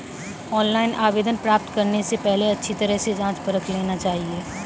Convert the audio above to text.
online आवेदन प्राप्त करने से पहले अच्छी तरह से जांच परख लेना चाहिए